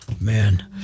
man